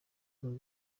king